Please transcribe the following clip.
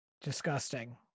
disgusting